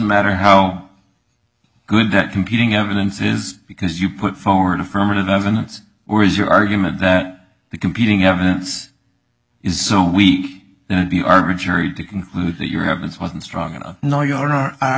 matter how good that competing evidence is because you put forward affirmative evidence or is your argument that the competing evidence is so we need to be arbitrary to conclude that your evidence wasn't strong enough no you are or are